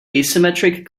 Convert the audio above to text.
asymmetric